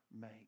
make